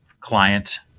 Client